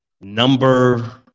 number